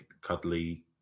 cuddly